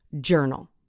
journal